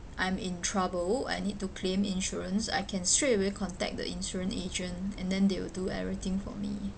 I'm in trouble I need to claim insurance I can straight away contact the insurance agent and then they will do everything for me